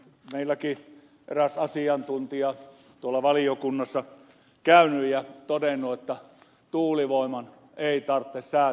meilläkin eräs asiantuntija tuolla valiokunnassa on käynyt ja todennut että tuulivoima ei tarvitse säätövoimaa